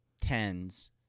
tens